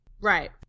right